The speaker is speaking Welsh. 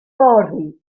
fory